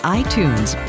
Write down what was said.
iTunes